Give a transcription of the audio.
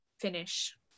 finish